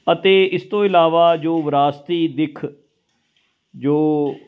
ਅਤੇ ਇਸ ਤੋਂ ਇਲਾਵਾ ਜੋ ਵਿਰਾਸਤੀ ਦਿੱਖ ਜੋ